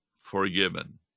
forgiven